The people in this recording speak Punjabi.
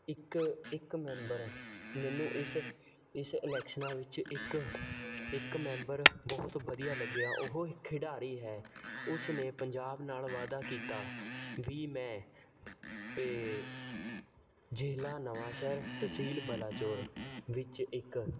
ਇੱਕ ਇੱਕ ਮੈਂਬਰ ਮੈਨੂੰ ਇਸ ਇਸ ਇਲੈਕਸ਼ਨਾਂ ਵਿੱਚ ਇੱਕ ਇੱਕ ਮੈਂਬਰ ਬਹੁਤ ਵਧੀਆ ਲੱਗਿਆ ਉਹ ਇੱਕ ਖਿਡਾਰੀ ਹੈ ਉਸ ਨੇ ਪੰਜਾਬ ਨਾਲ ਵਾਅਦਾ ਕੀਤਾ ਵੀ ਮੈਂ ਇਹ ਜ਼ਿਲ੍ਹਾ ਨਵਾਂਸ਼ਹਿਰ ਤਹਿਸੀਲ ਬਲਾਚੋਰ ਵਿੱਚ ਇੱਕ